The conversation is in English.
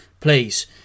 please